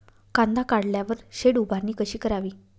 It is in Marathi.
कांदा काढल्यावर शेड उभारणी कशी करावी?